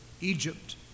Egypt